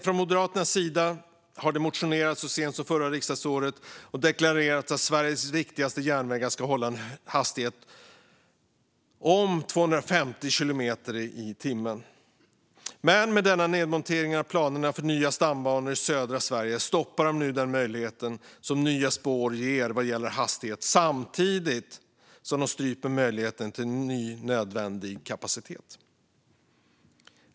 Från Moderaternas sida har det motionerats så sent som förra riksdagsåret och deklarerats att Sveriges viktigaste järnvägar ska hålla en hastighet om 250 kilometer i timmen. Men med nedmonteringen av planeringen för nya stambanor i södra Sverige stoppar de nu den möjlighet som nya spår ger vad gäller hastighet samtidigt som de stryper möjligheten till ny, nödvändig kapacitet.